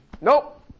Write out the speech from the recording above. Nope